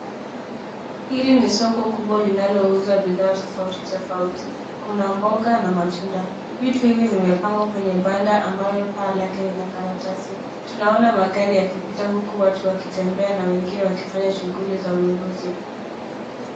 Hili ni soko kubwa linalouza bidhaa tofauti tofauti. Kuna mboga na matunda. Vitu hivi vimepangwa kwenye banda ambayo paa lake ni la karatasi. Tunaona magari yakipita huku watu wakitembea na wengine wakifanya shuguli za ununuzi.